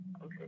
Okay